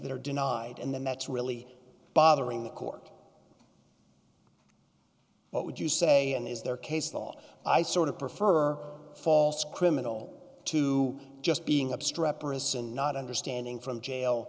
that are denied and then that's really bothering the court what would you say is their case law i sort of prefer false criminal to just being obstreperous and not understanding from jail